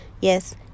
yes